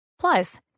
Plus